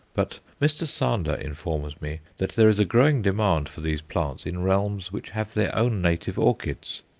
but mr. sander informs me that there is a growing demand for these plants in realms which have their own native orchids.